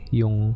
yung